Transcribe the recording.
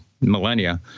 millennia